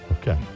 Okay